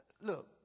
look